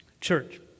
Church